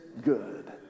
good